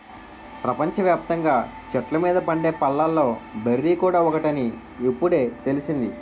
ప్రపంచ వ్యాప్తంగా చెట్ల మీద పండే పళ్ళలో బెర్రీ కూడా ఒకటని ఇప్పుడే తెలిసింది